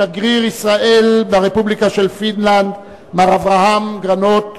שגריר ישראל ברפובליקה של פינלנד מר אברהם גרנות,